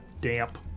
damp